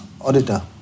auditor